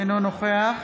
אינו נוכח